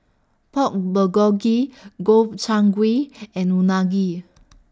Pork Bulgogi Gobchang Gui and Unagi